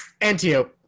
Antiope